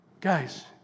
Guys